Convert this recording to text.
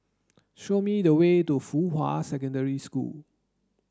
show me the way to Fuhua Secondary School